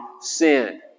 sin